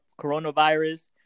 coronavirus